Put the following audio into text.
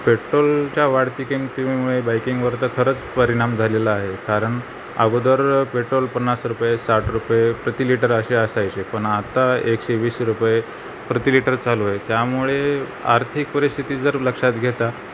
पेट्रोलच्या वाढती किमतीमुळे बाईकिंगवर तर खरंच परिणाम झालेलं आहे कारण अगोदर पेट्रोल पन्नास रुपये साठ रुपये प्रति लिटर असे असायचे पण आता एकशे वीस रुपये प्रति लिटर चालू आहे त्यामुळे आर्थिक परिस्थिती जर लक्षात घेता